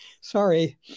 Sorry